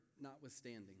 notwithstanding